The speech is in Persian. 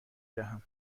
دهم